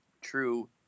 true